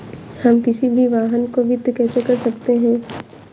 हम किसी भी वाहन को वित्त कैसे कर सकते हैं?